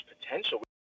potential